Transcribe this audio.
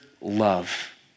love